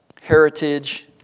heritage